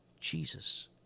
Jesus